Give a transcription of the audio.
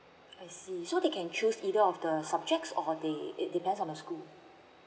I see so they can choose either of the subjects or they it depends on the school